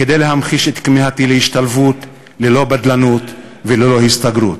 כדי להמחיש את כמיהתי להשתלבות ללא בדלנות וללא הסתגרות.